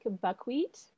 buckwheat